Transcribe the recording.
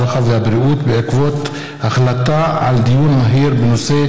הרווחה והבריאות בעקבות דיון מהיר בהצעתם של חברי הכנסת יעקב